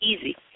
easy